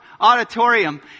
auditorium